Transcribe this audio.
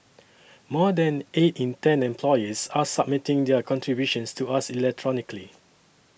more than eight in ten employers are submitting their contributions to us electronically